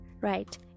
right